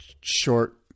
short